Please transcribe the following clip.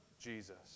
Jesus